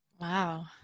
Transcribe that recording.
Wow